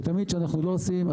ותמיד שאנחנו לא עושים,